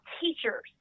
teachers